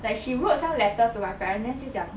like she wrote some letter to my parents then say 讲